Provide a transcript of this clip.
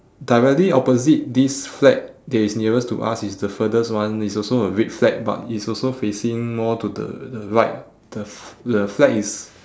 directly opposite this flag that is nearest to us is the furthest one it's also a red flag but it's also facing more to the the right the f~ the flag is